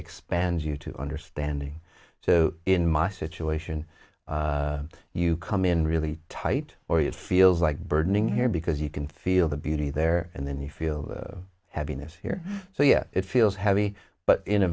expand you to understanding so in my situation you come in really tight or it feels like burdening here because you can feel the beauty there and then the feel happiness here so yeah it feels heavy but in a